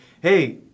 hey